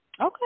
Okay